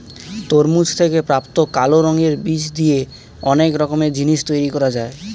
তরমুজ থেকে প্রাপ্ত কালো রঙের বীজ দিয়ে অনেক রকমের জিনিস তৈরি করা যায়